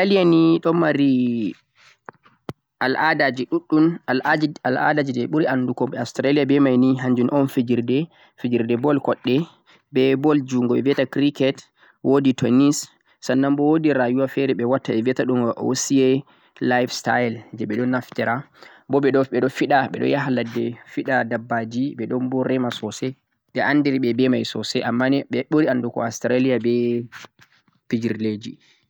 Australia ni ɗo mari al'adaji luɗɗum, al'adaji je ɓe ɓuri andugo leddi Australia be mai ni hanjum un fijirde, fijirde ball koɗɗe, be ball jungo ɓe viyata cricket wo'di tonist, sannanbo wo'di rayuwa fe're ɓe watta ɓe viya ta ɗum wusiye life style je ɓe ɗo naftira, bo ɓeɗo ɓeɗo fiɗa ɓe ya ha ladde ɓe ɗo fiɗa dabbaji ɓe ɗon bo rema sosai ɓe andiri ɓe be mai sosai amma ni ɓe ɓuri andugo Australia be fijirleji.